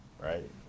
right